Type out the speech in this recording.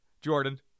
Jordan